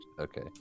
okay